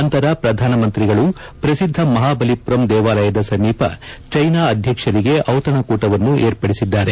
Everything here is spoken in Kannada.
ನಂತರ ಪ್ರಧಾನಮಂತ್ರಿಗಳು ಪ್ರಸಿದ್ಧ ಮಹಾಬಲಿಪುರಂ ದೇವಾಲಯದ ಸಮೀಪ ಚೀನಾ ಅಧ್ಯಕ್ಷರಿಗೆ ಔತಣಕೂಟವನ್ನು ಏರ್ಪಡಿಸಿದ್ದಾರೆ